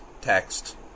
text